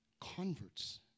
converts